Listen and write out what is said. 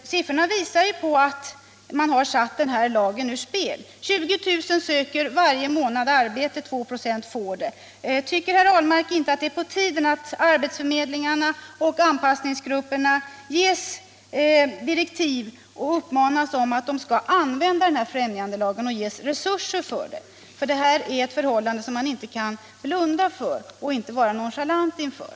Siffrorna visar ju på att den här lagen satts ur spel. 20 000 söker varje månad arbete. 2 6 får arbete. Tycker herr Ahlmark inte att det är på tiden att arbetsförmedlingarna och anpassningsgrupperna ges direktiv och uppmanas att använda främjandelagen och att de ges resurser för det? Det här är förhållanden som man inte kan blunda för och vara nonchalant inför.